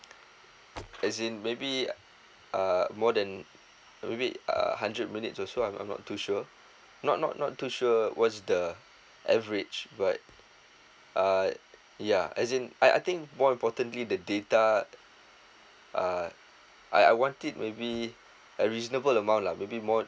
as in maybe uh more than maybe err hundred minutes also I'm I'm not too sure not not not too sure what's the average but uh ya as in I I think more importantly the data uh I I want it maybe a reasonable amount lah maybe more